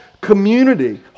community